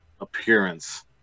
appearance